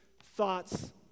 thoughts